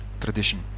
tradition